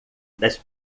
das